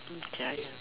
don't judge